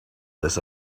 this